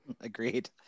agreed